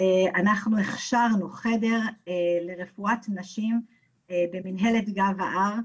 אנחנו הכשרנו חדר לרפואת נשים במנהלת גב ההר,